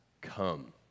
come